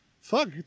fuck